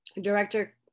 Director